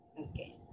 Okay